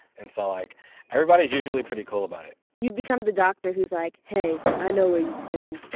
and so, like everybody's usually pretty cool about it you become the doctor who's like, hey, i know where you've been.